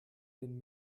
den